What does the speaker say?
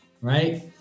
right